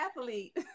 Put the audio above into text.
athlete